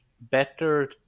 better